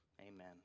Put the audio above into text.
Amen